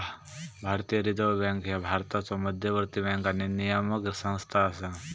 भारतीय reserve bank ह्या भारताचो मध्यवर्ती बँक आणि नियामक संस्था असा